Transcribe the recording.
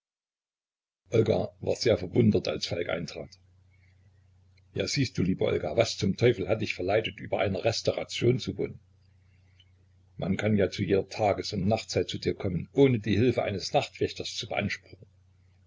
war sehr verwundert als falk eintrat ja siehst du liebe olga was zum teufel hat dich verleitet über einer restauration zu wohnen man kann ja zu jeder tages und nachtzeit zu dir kommen ohne die hilfe eines nachtwächters zu beanspruchen